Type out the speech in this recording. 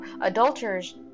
adulterers